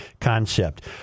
concept